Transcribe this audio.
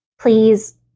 please